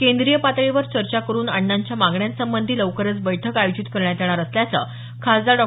केंद्रीय पातळीवर चर्चा करून अण्णांच्या मागण्यांसंबंधी लवकरच बैठक आयोजित करण्यात येणार असल्याचं खासदार डॉ